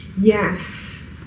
yes